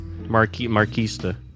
Marquista